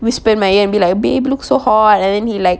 whisper in my ear and be like babe look so hot and then he like